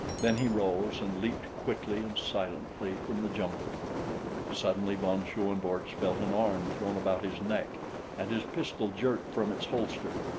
then he rose and leaped quickly and silently from the jungle suddenly von schoenvorts felt an arm thrown about his neck and his pistol jerked from its holster.